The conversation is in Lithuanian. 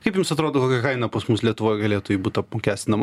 kaip jums atrodo kokia kaina pas mus lietuvoj galėtų ji būt apmokestima